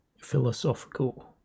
philosophical